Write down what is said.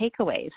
takeaways